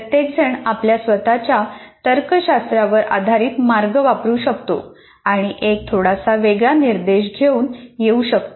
प्रत्येकजण आपल्या स्वतच्या तर्कशास्त्रावर आधारित मार्ग वापरू शकतो आणि एक थोडासा वेगळा निर्देश घेऊन येऊ शकतो